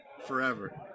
Forever